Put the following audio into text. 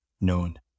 known